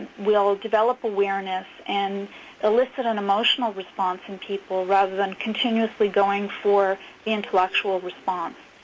will develop awareness and elicit an emotional response in people rather than continuously going for the intellectual response.